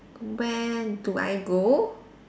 when do I go